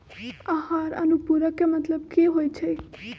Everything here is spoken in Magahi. आहार अनुपूरक के मतलब की होइ छई?